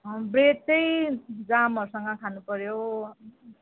bread चाहिँ जामहरूसँग खानुपर्यो